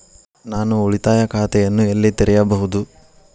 ನಾನು ಉಳಿತಾಯ ಖಾತೆಯನ್ನು ಎಲ್ಲಿ ತೆರೆಯಬಹುದು?